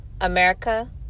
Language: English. America